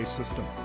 system